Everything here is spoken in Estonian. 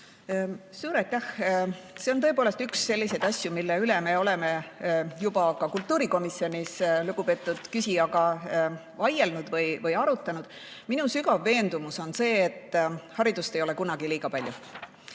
Suur aitäh! See on tõepoolest üks selliseid asju, mille üle me oleme ka kultuurikomisjonis lugupeetud küsijaga vaielnud või arutanud. Minu sügav veendumus on see, et haridust ei ole kunagi liiga palju.